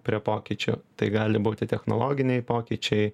prie pokyčių tai gali būti technologiniai pokyčiai